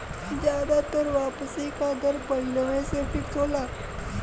जादातर वापसी का दर पहिलवें से फिक्स होला